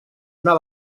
una